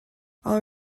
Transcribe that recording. all